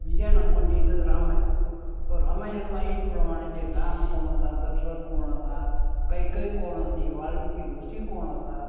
બીજા નંબરની અંદર રામાયણ તો રામાયણમાં પણ એજ પ્રમાણે છે રામ કોણ હતા દશરથ કોણ હતા કૈકેયી કોણ હતી વાલ્મીકિ ઋષિ કોણ હતા